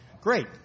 great